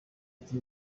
ati